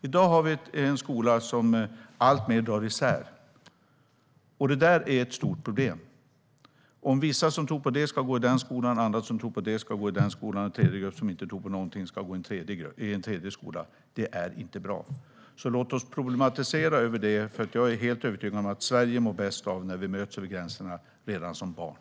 I dag har vi en skola som alltmer drar isär, och det är ett stort problem. Att vissa som tror på det ena ska gå i en skola, andra som tror på det andra ska gå i en annan skola och en tredje grupp som inte tror på någonting ska gå i en tredje skola är inte bra. Låt oss problematisera det, för jag är helt övertygad om att Sverige mår bäst när vi möts över gränserna redan som barn.